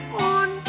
on